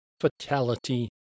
fatality